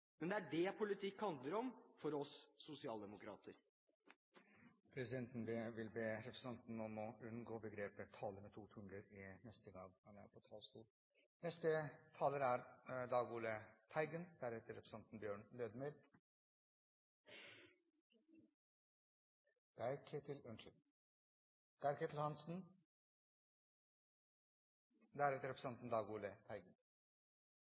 men det er dét politikk handler om for oss sosialdemokrater. Presidenten vil be representanten om å unngå begrepet «å tale med to tunger» neste gang han er på talerstolen. Trontalen skal være framoverskuende og angi løsninger. Den framtiden vi ser foran oss, er